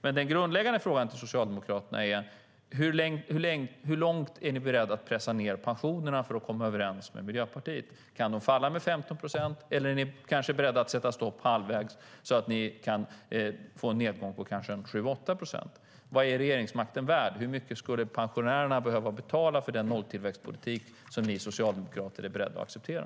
Men den grundläggande frågan till Socialdemokraterna är: Hur långt ned är ni beredda att pressa pensionerna för att komma överens med Miljöpartiet? Kan de falla med 15 procent, eller är ni beredda att sätta stopp halvvägs, så att ni kan få en nedgång på kanske 7-8 procent? Vad är regeringsmakten värd? Hur mycket skulle pensionärerna behöva betala för den nolltillväxtpolitik som ni socialdemokrater är beredda att acceptera?